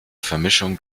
vermischung